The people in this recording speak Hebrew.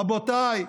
רבותיי,